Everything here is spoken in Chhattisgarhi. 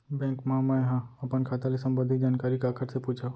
बैंक मा मैं ह अपन खाता ले संबंधित जानकारी काखर से पूछव?